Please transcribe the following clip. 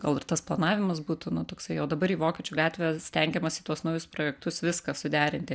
gal ir tas planavimas būtų nu toksai o dabar į vokiečių gatvę stengiamasi tuos naujus projektus viską suderinti